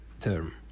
term